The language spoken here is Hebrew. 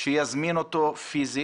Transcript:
שיזמין אותו פיסית.